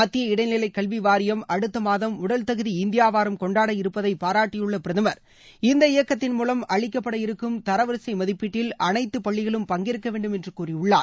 மத்திய இடைநிலை கல்வி வாரியம் அடுத்தமாதம் உடல்தகுதி இந்தியா வாரம் கொண்டாட இருப்பதை பாராட்டியுள்ள பிரதமர் இந்த இயக்கத்தின்மூலம் அளிக்கப்பட இருக்கும் தரவரிசை மதிப்பீட்டில் அனைத்து பள்ளிகளும் பங்கேற்க வேண்டும் என்று கூறியுள்ளார்